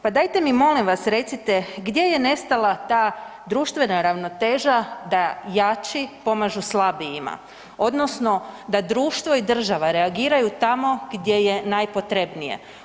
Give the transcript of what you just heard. Pa daje mi molim vas recite gdje je nestala ta društvena ravnoteža da jači pomažu slabijima odnosno da društvo i država reagiraju tamo gdje je najpotrebnije.